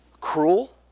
cruel